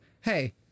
Hey